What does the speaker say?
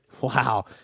Wow